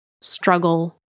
struggle